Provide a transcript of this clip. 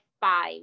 five